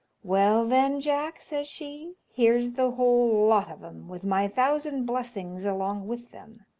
well, then, jack, says she, here's the whole lot of em, with my thousand blessings along with them.